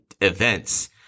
events